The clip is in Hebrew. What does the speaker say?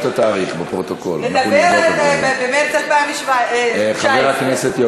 תודה, חברת הכנסת.